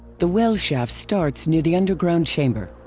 the well shaft starts near the underground chamber,